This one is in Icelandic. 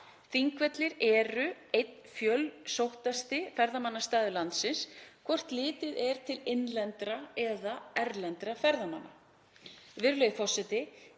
Þingvellir eru einn fjölsóttasti ferðamannastaður landsins, hvort sem litið er til innlendra eða erlendra ferðamanna.